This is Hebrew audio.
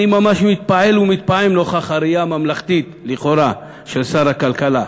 אני ממש מתפעל ומתפעם נוכח הראייה הממלכתית לכאורה של שר הכלכלה,